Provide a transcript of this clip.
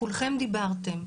כולכם דיברתם.